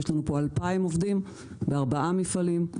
יש לנו פה 2,000 עובדים בארבע מפעלים,